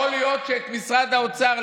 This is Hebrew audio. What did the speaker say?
יכול להיות שאת משרד האוצר,